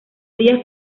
días